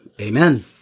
amen